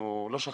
לא שכחנו.